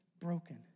broken